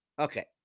Okay